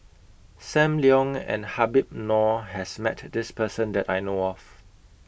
SAM Leong and Habib Noh has Met This Person that I know of